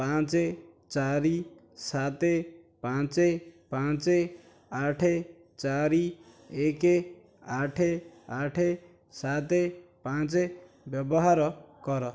ପାଞ୍ଚ ଚାରି ସାତ ପାଞ୍ଚ ପାଞ୍ଚ ଆଠ ଚାରି ଏକ ଆଠ ଆଠ ସାତ ପାଞ୍ଚ ବ୍ୟବହାର କର